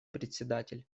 председатель